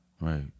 right